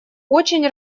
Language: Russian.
очень